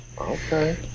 okay